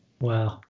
Wow